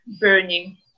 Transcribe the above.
burning